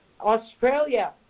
Australia